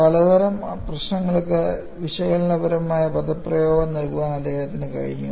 പലതരം പ്രശ്നങ്ങൾക്ക് വിശകലനപരമായ പദപ്രയോഗം നൽകാൻ അദ്ദേഹത്തിന് കഴിഞ്ഞു